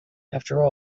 after